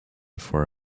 for